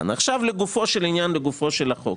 עכשיו לגופו של עניין, לגופו של החוק.